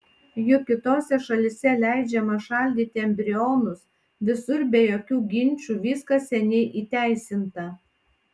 juk kitose šalyse leidžiama šaldyti embrionus visur be jokių ginčų viskas seniai įteisinta